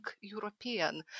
European